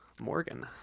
morgan